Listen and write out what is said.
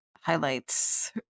highlights